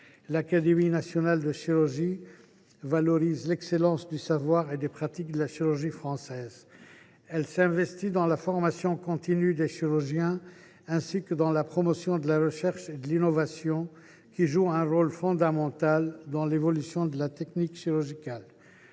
L’Académie nationale de chirurgie valorise l’excellence du savoir et des pratiques de la chirurgie française. Elle s’investit dans la formation continue des chirurgiens, ainsi que dans la promotion de la recherche et de l’innovation, qui jouent un rôle fondamental dans l’évolution de la technique chirurgicale.